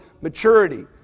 maturity